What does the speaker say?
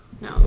No